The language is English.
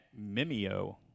Mimeo